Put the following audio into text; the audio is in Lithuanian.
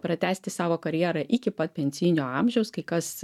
pratęsti savo karjerą iki pat pensijinio amžiaus kai kas